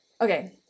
Okay